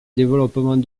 développement